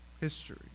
history